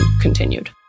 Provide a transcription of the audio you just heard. continued